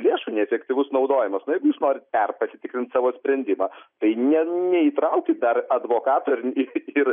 lėšų neefektyvus naudojimas na jeigu jūs norit perpasitikrint savo sprendimą tai ne neįtraukit dar advokato ir ir